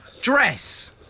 Dress